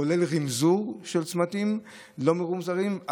כולל רִמזוּר של צמתים לא מרומזרים,